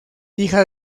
hija